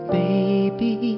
baby